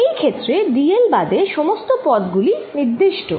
এই ক্ষেত্রে dl বাদে সমস্ত পদ গুলি নির্দিষ্ট